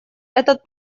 этот